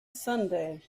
sunday